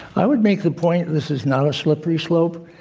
i would make the point this is not a slippery slope.